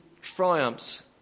triumphs